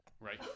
right